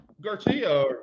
Garcia